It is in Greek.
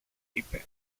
είπε